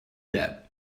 that